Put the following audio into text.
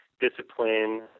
discipline